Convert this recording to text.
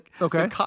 okay